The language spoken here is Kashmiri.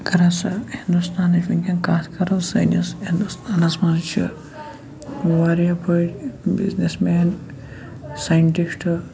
اگر ہَسا ہِندوستانٕچ وٕنکیٚن کَتھ کَرو سٲنِس ہِندوستانَس منٛز چھِ واریاہ بٔڈۍ بِزنٮ۪س مین سایِنٹِسٹ